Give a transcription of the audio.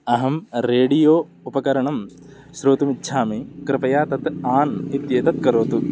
अहं रेडियो उपकरणं श्रोतुमिच्छामि कृपया तत् आन् इत्येतत् करोतु